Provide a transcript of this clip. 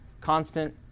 Constant